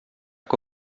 que